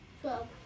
Twelve